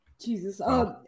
jesus